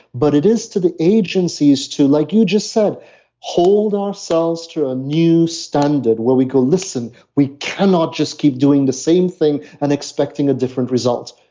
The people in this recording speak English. but it is to the agencies to like you just said hold ourselves to a new standard where we go, listen we cannot just keep doing the same thing and expecting a different result,